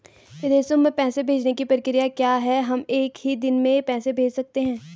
विदेशों में पैसे भेजने की प्रक्रिया क्या है हम एक ही दिन में पैसे भेज सकते हैं?